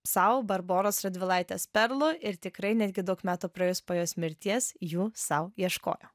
sau barboros radvilaitės perlų ir tikrai netgi daug metų praėjus po jos mirties jų sau ieškojo